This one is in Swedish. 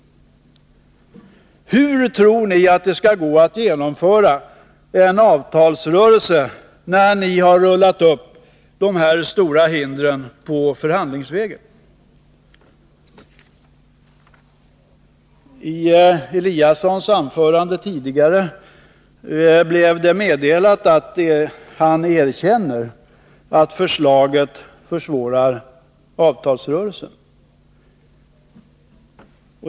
Hur tror ni att det skall gå att genomföra en avtalsrörelse, när ni har rullat upp så stora hinder på förhandlingsvägen? I sitt tidigare anförande erkände Ingemar Eliasson att regeringsförslaget försvårar avtalsrörelsen.